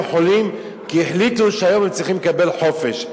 חולים כי הם החליטו שהיום הם צריכים לקבל חופש.